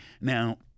Now